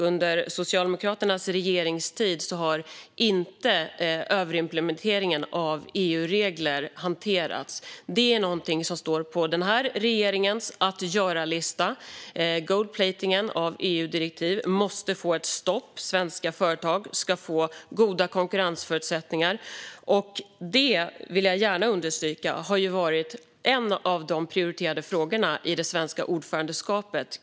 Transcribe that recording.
Under Socialdemokraternas regeringstid har inte överimplementeringen av EU-regler hanterats. Det är någonting som står på regeringens att göra-lista. Gold-plating av EU-direktiv måste få ett stopp. Svenska företag ska få goda konkurrensförutsättningar. Jag vill gärna understryka att det har varit en av prioriterade frågorna i det svenska ordförandeskapet i EU.